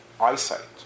eyesight